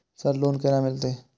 Sir loan केना मिलते?